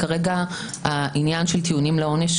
כרגע העניין של טיעונים לעונש,